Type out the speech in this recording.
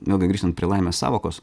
vėlgi grįžtant prie laimės sąvokos